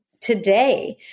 today